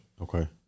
Okay